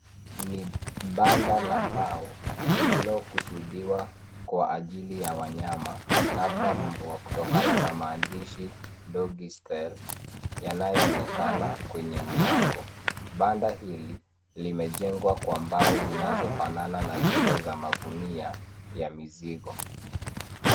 Ni banda la mbao lililokusuadiwa kwa ajili ya wanyama labda mbwa kutokana maandishi Doggy Style yanayoonekana kwenye mlango . Banda hili limejengwa kwa mbao zinazo fanana na zile za magunia ya mizigo.